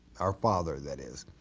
our father that is.